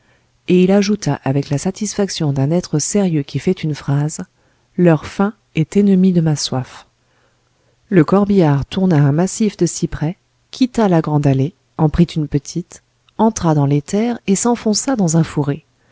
et il ajouta avec la satisfaction d'un être sérieux qui fait une phrase leur faim est ennemie de ma soif le corbillard tourna un massif de cyprès quitta la grande allée en prit une petite entra dans les terres et s'enfonça dans un fourré